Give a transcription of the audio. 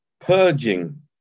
purging